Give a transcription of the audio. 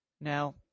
Now